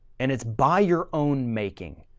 and it's by your own making.